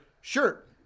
shirt